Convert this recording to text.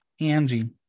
angie